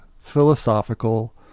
philosophical